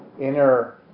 inner